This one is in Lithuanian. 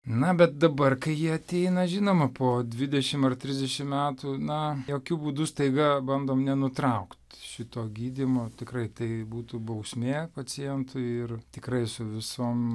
na bet dabar kai jie ateina žinoma po dvidešim ar trisdešim metų na jokiu būdu staiga bandom nenutraukt šito gydymo tikrai tai būtų bausmė pacientui ir tikrai su visom